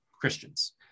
Christians